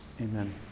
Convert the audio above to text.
Amen